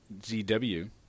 ZW